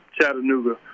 Chattanooga